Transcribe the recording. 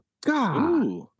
God